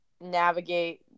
navigate